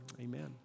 Amen